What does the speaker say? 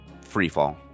freefall